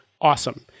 awesome